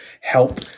help